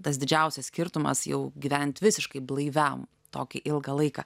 tas didžiausias skirtumas jau gyvent visiškai blaiviam tokį ilgą laiką